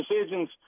decisions